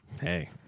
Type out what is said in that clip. Hey